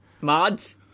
Mods